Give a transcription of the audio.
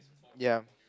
ya